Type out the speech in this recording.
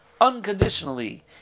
unconditionally